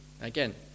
Again